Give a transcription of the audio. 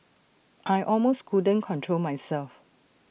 I almost couldn't control myself